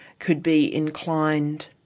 could be inclined